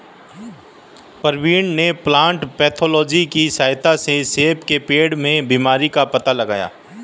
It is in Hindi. प्रवीण ने प्लांट पैथोलॉजी की सहायता से सेब के पेड़ में बीमारी का पता लगाया